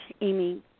Amy